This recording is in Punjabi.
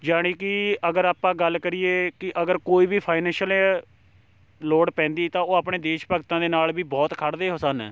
ਜਾਣੀ ਕਿ ਅਗਰ ਆਪਾਂ ਗੱਲ ਕਰੀਏ ਕਿ ਅਗਰ ਕੋਈ ਵੀ ਫਾਈਨੈਸ਼ੀਅਲ ਲੋੜ ਪੈਂਦੀ ਤਾਂ ਉਹ ਆਪਣੇ ਦੇਸ਼ ਭਗਤਾਂ ਦੇ ਨਾਲ ਵੀ ਬਹੁਤ ਖੜ੍ਹਦੇ ਹੋ ਸਨ